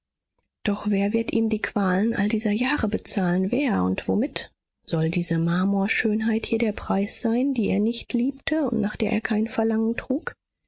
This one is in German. doch wer wird ihm die qualen aller dieser jahre bezahlen wer und womit soll diese marmorschönheit hier der preis sein die er nicht liebte und nach der er kein verlangen trug